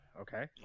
okay